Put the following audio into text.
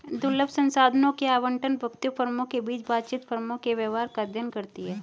दुर्लभ संसाधनों के आवंटन, व्यक्तियों, फर्मों के बीच बातचीत, फर्मों के व्यवहार का अध्ययन करती है